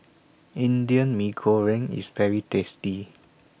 Indian Mee Goreng IS very tasty